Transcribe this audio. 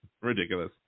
Ridiculous